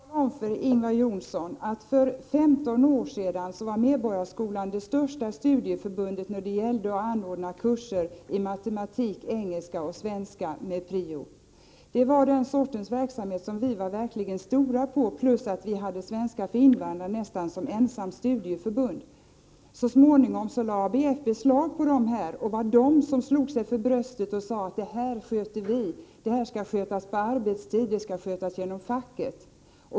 Herr talman! Jag vill bara tala om för Ingvar Johnsson att för 15 år sedan var Medborgarskolan det största studieförbundet när det gällde att anordna kurser i matematik, engelska och svenska med prio. Den sortens verksamhet var vi verkligen stora på, plus att vi var nästan ensamma bland studieförbunden om svenska för invandrare. Så småningom lade ABF beslag på de kurserna och var det studieförbund som slog sig för bröstet och sade: Det här sköter vi, det här skall skötas på arbetstid, och det skall skötas genom facket!